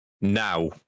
Now